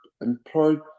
employed